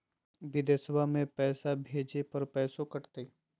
बिदेशवा मे पैसवा भेजे पर पैसों कट तय?